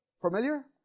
Familiar